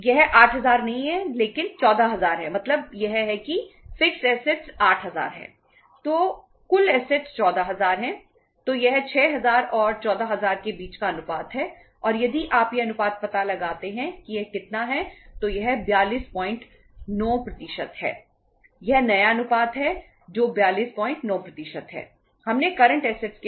यह 8000 नहीं है लेकिन 14000 है मतलब यह है कि फिक्स्ड एसेट्स है